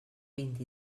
vint